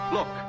Look